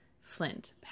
Flint